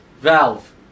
Valve